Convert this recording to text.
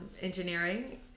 engineering